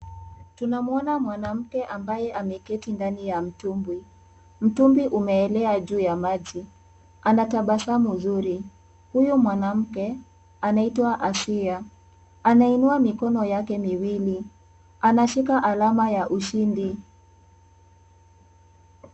Tunamwona mwanamke ambaye ameketi ndani ya mtumbwi Mtubwi umeelea juu ya maji. Huyu mwanamke anaitwa Asiya. Anainua mikono yake miwili, anashika alama ya ushindi.